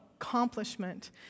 accomplishment